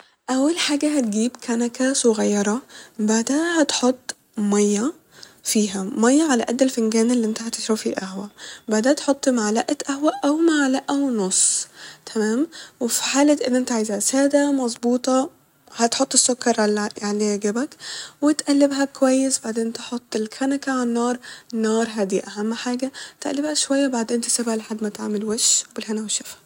اول حاجة هتجيب كنكة صغيرة بعدها هتحط مية فيها مية على قد الفنجان اللي انت هتشرب فيه القهوة بعدها تحط معلقة قهوة او معلقة ونص ، تمام وفي حالة ان انت عايزها سادة او مظبوطة هتحط السكر عل- عاللي يعجبك و تقلبها كويس بعدين تحط الكنكة ع النار ، نار هادية ، اهم حاجة تقلبها شوية بعدين تسيبها لحد ما تعمل وش وبالهنا والشفا